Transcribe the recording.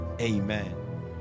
amen